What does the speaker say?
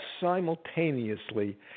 simultaneously